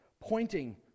pointing